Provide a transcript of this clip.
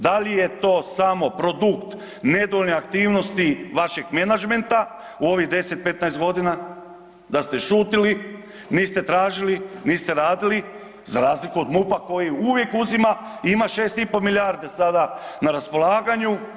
Da li je to samo produkt nedovoljne aktivnosti vašeg menagmenta u ovih 10, 15 godina da ste šutili, niste tražili, niste radili za razliku od MUP-a koji uvijek uzima i ima 6 i pol milijardi sada na raspolaganju.